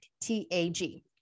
T-A-G